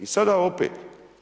I sada opet.